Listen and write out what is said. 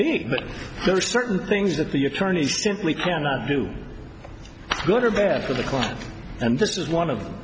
are certain things that the attorney simply cannot do good or bad for the court and this is one of them